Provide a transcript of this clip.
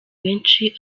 benshi